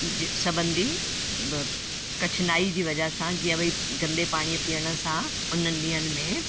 सबंधी कठिनाई जी वजह सां जीअं भई गंदे पाणी पीअण सां उन्हनि ॾींहंनि में